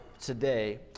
today